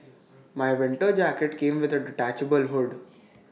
my winter jacket came with A detachable hood